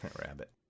rabbit